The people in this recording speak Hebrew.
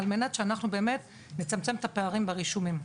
כדי שאנחנו באמת נצמצם את הפערים ברישומים.